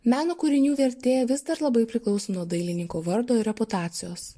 meno kūrinių vertė vis dar labai priklauso nuo dailininko vardo ir reputacijos